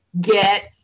get